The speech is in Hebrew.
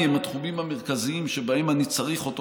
הם התחומים המרכזיים שבהם אני צריך אותו,